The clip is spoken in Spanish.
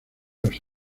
los